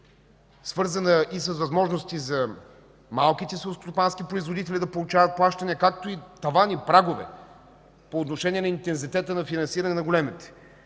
свързана с възможности малките селскостопански производители да получават плащания, както тавани и прагове по отношение на интензитета на финансиране на големите,